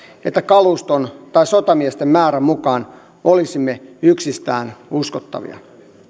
että kaluston tai sotamiesten määrän mukaan olisimme yksistään uskottavia